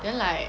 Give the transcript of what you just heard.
then like